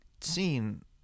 seen